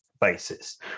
basis